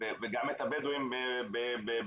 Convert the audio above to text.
וגם את הבדואים בנגב.